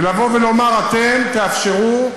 ולבוא ולומר: אתם תאפשרו.